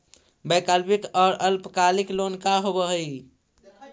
वैकल्पिक और अल्पकालिक लोन का होव हइ?